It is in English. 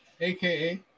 AKA